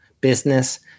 business